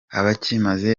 abakimaze